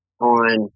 on